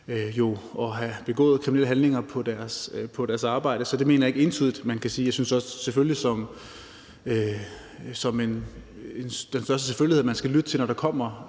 at have begået kriminelle handlinger på deres arbejde. Så det mener jeg ikke entydigt man kan sige. Jeg synes som den største selvfølgelighed, at man skal lytte, når der kommer